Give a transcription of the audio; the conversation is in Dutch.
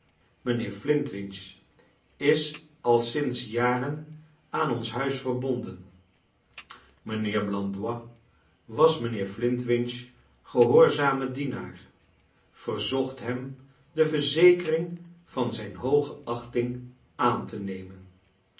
mijnheer flintwinch is al sinds jaren aan ons hnis verbonden mijnheer blandois was mijnheer flintwinch's gehoorzame dienaar verzocht hem de verzekering van zijn hooge achting aan te nernen